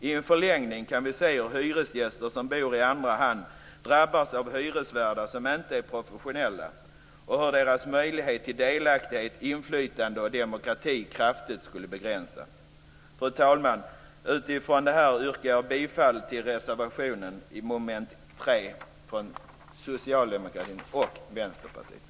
I en förlängning kan vi se hur hyresgäster som bor i andra hand skulle drabbas av hyresvärdar som inte är professionella och hur deras möjligheter till delaktighet, inflytande och demokrati kraftigt skulle begränsas. Fru talman! Utifrån det anförda yrkar jag bifall till reservationen under mom. 3 av Socialdemokraterna och Vänsterpartiet.